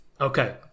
Okay